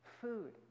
food